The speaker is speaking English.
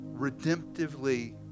Redemptively